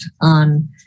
on